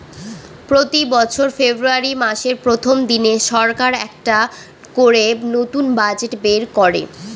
প্রতি বছর ফেব্রুয়ারী মাসের প্রথম দিনে সরকার একটা করে নতুন বাজেট বের করে